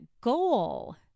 goal